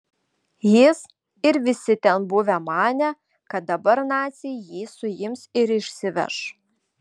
jis ir visi ten buvę manė kad dabar naciai jį suims ir išsiveš